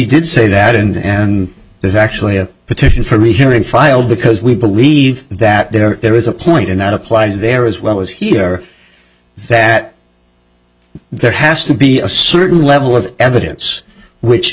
did say that and and there's actually a petition for rehearing filed because we believe that there is a point in that applies there as well as here that there has to be a certain level of evidence which